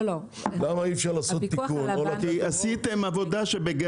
למה אי אפשר לעשות תיקון- -- עשיתם בגרמניה